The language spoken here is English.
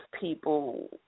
people